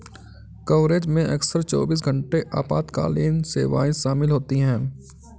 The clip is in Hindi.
कवरेज में अक्सर चौबीस घंटे आपातकालीन सेवाएं शामिल होती हैं